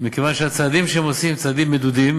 מכיוון שהצעדים שהם עושים הם צעדים מדודים